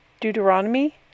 Deuteronomy